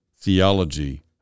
theology